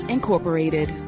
Incorporated